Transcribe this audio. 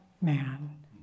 man